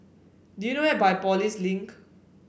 do you know Biopolis Link